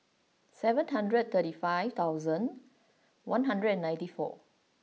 seven hundred thirty five thousand one hundred and ninety four